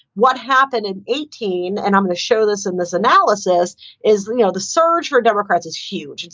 what happened in eighteen and i'm gonna show this in this analysis is the you know the surge for democrats is huge,